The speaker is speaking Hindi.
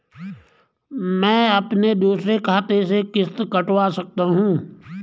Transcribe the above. मैं अपने दूसरे खाते से किश्त कटवा सकता हूँ?